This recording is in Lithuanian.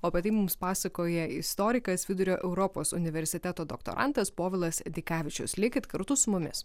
o apie tai mums pasakoja istorikas vidurio europos universiteto doktorantas povilas dikavičius likit kartu su mumis